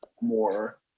more